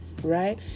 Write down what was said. Right